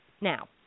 now